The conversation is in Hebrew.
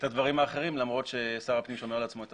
הדברים האחרים למרות ששר הפנים שומר לעצמו את